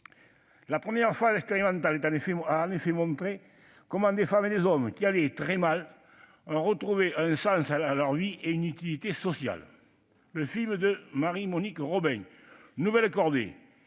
La première phase expérimentale a, en effet, montré comment des femmes et des hommes qui allaient très mal ont retrouvé un sens à leur vie et une utilité sociale. Le film de Marie-Monique Robin, qui a